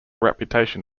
reputation